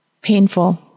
painful